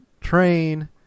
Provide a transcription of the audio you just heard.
train